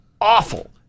awful